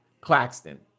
Claxton